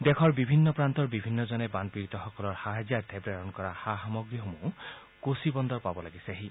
দেশৰ বিভিন্ন প্ৰান্তৰ বিভিন্ন জনে বানপীড়িতসকলৰ সাহ্যযাৰ্থে প্ৰেৰণ কৰা সা সামগ্ৰীসমূহ কোচি বন্দৰ পাব লাগিছেহি